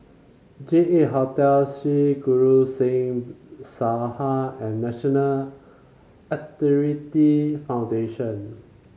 J eight Hotel Sri Guru Singh Sabha and National Arthritis Foundation